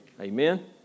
Amen